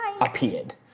appeared